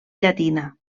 llatina